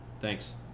Thanks